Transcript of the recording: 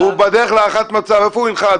הוא בדרך להערכת מצב איפה הוא ינחת?